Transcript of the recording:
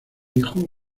hijo